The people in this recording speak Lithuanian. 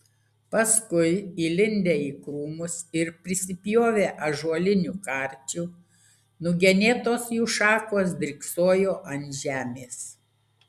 paskui įlindę į krūmus ir prisipjovę ąžuolinių karčių nugenėtos jų šakos dryksojo ant žemės